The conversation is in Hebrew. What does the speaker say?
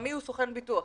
חמי הוא סוכן ביטוח.